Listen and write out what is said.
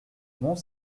mont